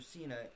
Cena